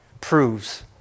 proves